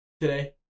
today